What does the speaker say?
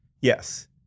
Yes